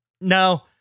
No